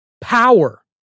Power